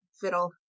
fiddle